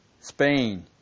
Spain